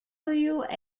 hewitt